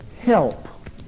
help